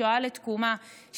משואה לתקומה,